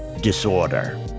disorder